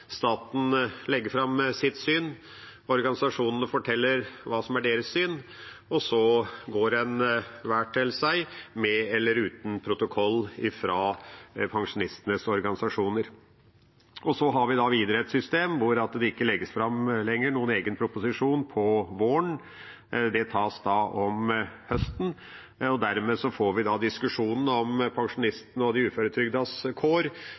Staten legger fram sitt syn, organisasjonene forteller hva som er deres syn, og så går en hver til sitt – med eller uten protokoll fra pensjonistenes organisasjoner. Vi har videre et system der det ikke lenger legges fram en egen proposisjon om våren. Det tas om høsten, og dermed får vi diskusjonen om